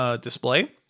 display